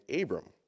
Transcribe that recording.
Abram